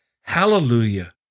Hallelujah